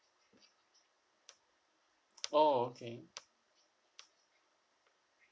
oh okay